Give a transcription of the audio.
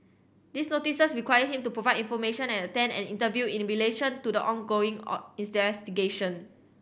these notices require him to provide information and attend an interview in relation to the ongoing or in stairs